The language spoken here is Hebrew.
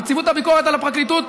נציבות הביקורת על הפרקליטות,